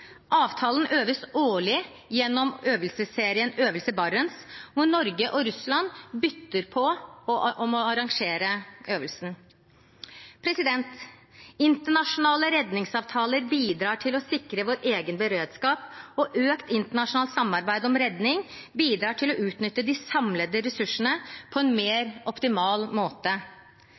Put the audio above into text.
avtalen øves det årlig gjennom øvelsesserien Øvelse Barents, der Norge og Russland bytter på å arrangere øvelsen. Internasjonale redningsavtaler bidrar til å sikre vår egen beredskap, og økt internasjonalt samarbeid om redning bidrar til å utnytte de samlede ressursene på en mer optimal måte.